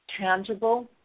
tangible